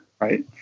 Right